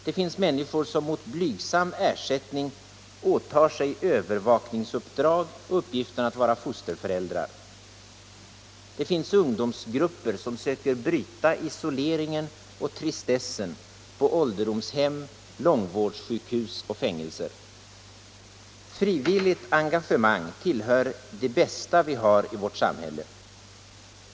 Det finns människor som mot blygsam ersättning åtar sig övervakningsuppdrag och uppgiften att vara fosterföräldrar. Det finns ungdomsgrupper som söker bryta isoleringen och tristessen på ålderdomshem, långvårdssjukhus och fängelser. Frivilligt engagemang tillhör det bästa vi har i vårt samhälle.